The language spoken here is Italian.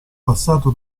passato